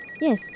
Yes